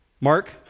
Mark